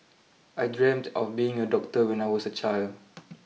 I dreamt of being a doctor when I was a child